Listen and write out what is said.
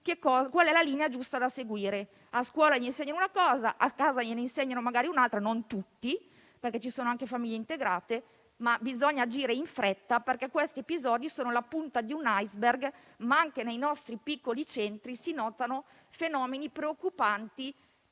quale sia la linea giusta da seguire: a scuola gli si insegna una cosa, a casa gliene insegnano magari un'altra (non tutti, perché ci sono anche famiglie integrate). Quindi, bisogna agire in fretta perché questi episodi sono la punta di un iceberg. Anche nei nostri piccoli centri si notano fenomeni preoccupanti